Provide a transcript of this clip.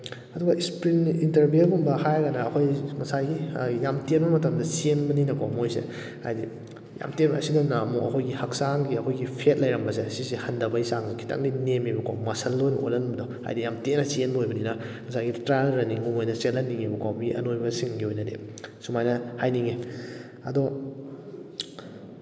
ꯑꯗꯨꯒ ꯏꯁꯄ꯭ꯔꯤꯟ ꯏꯟꯇꯔꯕꯦꯜꯒꯨꯝꯕ ꯍꯥꯏꯔꯒꯅ ꯑꯩꯈꯣꯏ ꯉꯁꯥꯏꯒꯤ ꯌꯥꯝ ꯇꯦꯟꯕ ꯃꯇꯝꯗ ꯆꯦꯟꯕꯅꯤꯅꯀꯣ ꯃꯣꯏꯁꯦ ꯍꯥꯏꯗꯤ ꯌꯥꯝ ꯇꯦꯟꯕꯁꯤꯗꯅ ꯑꯃꯨꯛ ꯑꯩꯈꯣꯏꯒꯤ ꯍꯛꯆꯥꯡꯒꯤ ꯑꯩꯈꯣꯏꯒꯤ ꯐꯦꯠ ꯂꯩꯔꯝꯕꯁꯦ ꯁꯤꯁꯦ ꯍꯟꯊꯕꯩ ꯆꯥꯡꯁꯦ ꯈꯤꯇꯪꯗꯤ ꯅꯦꯝꯃꯦꯕꯀꯣ ꯃꯁꯜꯗ ꯑꯣꯏ ꯑꯣꯟꯍꯟꯕꯗꯣ ꯍꯥꯏꯗꯤ ꯌꯥꯝ ꯇꯦꯟꯅ ꯆꯦꯟꯕ ꯑꯣꯏꯕꯅꯤꯅ ꯉꯁꯥꯏꯒꯤ ꯇ꯭ꯔꯥꯏꯌꯜ ꯔꯟꯅꯤꯡꯗ ꯑꯣꯏꯅ ꯆꯦꯜꯍꯟꯅꯤꯡꯉꯦꯕꯀꯣ ꯃꯤ ꯑꯅꯣꯏꯕꯁꯤꯡꯒꯤ ꯑꯣꯏꯅꯗꯤ ꯁꯨꯃꯥꯏꯅ ꯍꯥꯏꯅꯤꯡꯉꯤ ꯑꯗꯣ